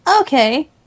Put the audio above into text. okay